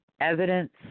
evidence